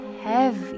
heavy